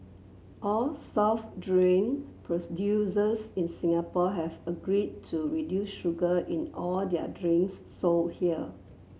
all soft drink in Singapore have agreed to reduce sugar in all their drinks sold here